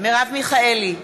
מרב מיכאלי,